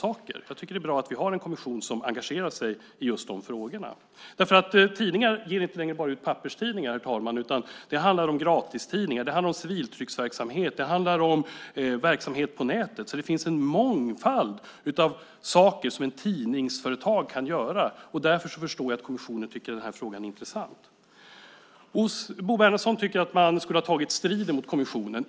Jag tycker att det är bra att vi har en kommission som engagerar sig i just de frågorna. Tidningar ger inte längre bara ut papperstidningar, herr talman. Det handlar om gratistidningar, civiltrycksverksamhet och verksamhet på nätet. Det finns en mångfald av saker som ett tidningsföretag kan göra, och därför förstår jag att kommissionen tycker att den här frågan är intressant. Bo Bernhardsson tycker att man skulle ha tagit striden med kommissionen.